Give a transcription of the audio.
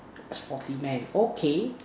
a sporty man okay